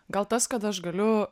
gal tas kad aš galiu